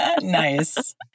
Nice